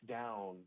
down